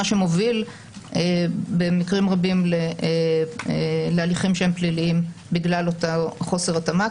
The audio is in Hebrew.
מה שמוביל במקרים רבים להליכים שהם פליליים בגלל אותו חוסר התאמה.